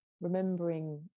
remembering